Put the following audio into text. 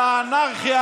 אני לא מדבר על האנרכיה,